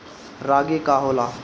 रागी का होला?